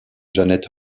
janet